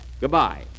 Goodbye